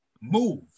move